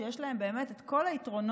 שיש להן באמת את כל היתרונות,